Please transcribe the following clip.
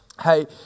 Hey